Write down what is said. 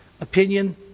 opinion